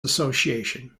association